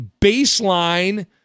baseline